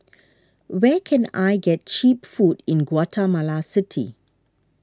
where can I get Cheap Food in Guatemala City